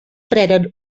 prenen